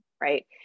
Right